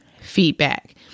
feedback